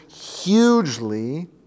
hugely